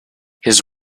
his